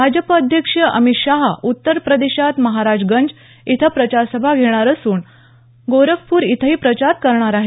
भाजप अध्यक्ष अमित शहा उत्तर प्रदेशात महाराजगंज इथं प्रचारसभा घेणार असून गोरखपूर इथंही प्रचार करणार आहेत